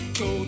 go